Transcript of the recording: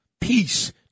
peace